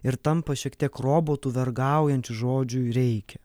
ir tampa šiek tiek robotu vergaujančiu žodžiui reikia